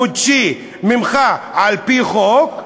חודשית, ממך, על-פי חוק.